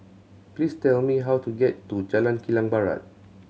please tell me how to get to Jalan Kilang Barat